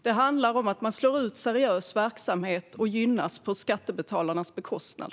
Det handlar om att man slår ut seriös verksamhet och gynnas på skattebetalarnas bekostnad.